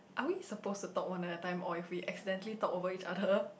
are we supposed to talk one at a time or if we accidentally talk over each other